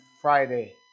Friday